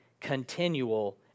continual